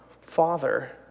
father